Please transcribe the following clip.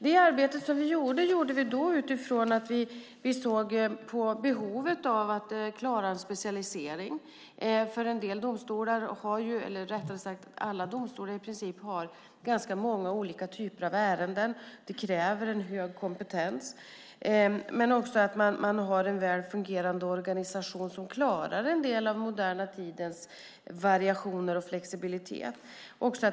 Det arbete som vi gjorde då gjorde vi utifrån att se på behovet av att klara en specialisering. I princip alla domstolar har ganska många olika typer av ärenden. Det kräver hög kompetens. Men det gäller också att man har en väl fungerande organisation som klarar en del av den moderna tidens variationer och flexibilitet.